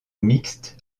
mixte